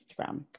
instagram